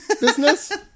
business